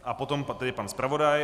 A potom tedy pan zpravodaj.